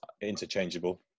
interchangeable